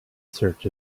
search